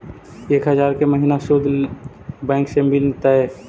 एक हजार के महिना शुद्ध बैंक से मिल तय?